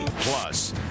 Plus